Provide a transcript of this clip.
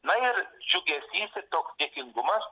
na ir džiugesys ir toks dėkingumas